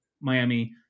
Miami